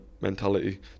mentality